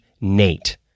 Nate